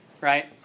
right